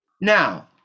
Now